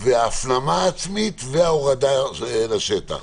ההפנמה העצמית וההורדה לשטח.